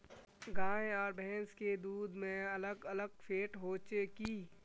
गाय आर भैंस के दूध में अलग अलग फेट होचे की?